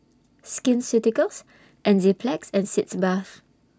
Skin Ceuticals Enzyplex and Sitz Bath